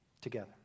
Together